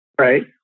Right